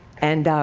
and,